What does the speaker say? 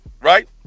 Right